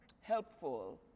helpful